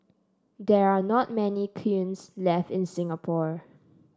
there are not many kilns left in Singapore